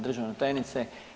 državna tajnice.